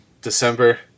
December